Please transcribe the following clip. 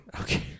Okay